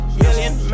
million